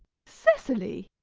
cecily!